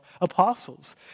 apostles